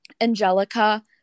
Angelica